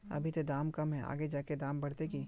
अभी ते दाम कम है आगे जाके दाम बढ़ते की?